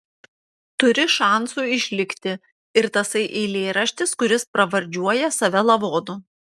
turi šansų išlikti ir tasai eilėraštis kuris pravardžiuoja save lavonu